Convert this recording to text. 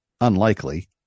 Unlikely